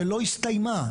שלא הסתיימה,